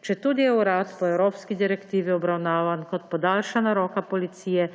četudi je urad po evropski direktivi obravnavan kot podaljšana roka policije,